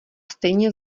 stejně